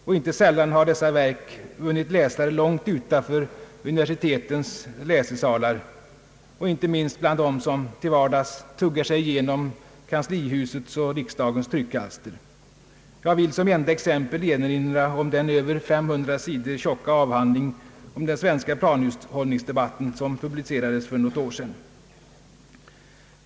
Och inte sällan har dessa verk vunnit läsare långt utanför universitetens läsesalar, inte minst kanske bland dem som till vardags tuggar sig igenom kanslihusets och riksdagens tryckalster. Jag vill som ett enda exempel erinra om den över 500 sidor tjocka avhandling om den svenska planhushållningsdebatten som publicerades för några år sedan.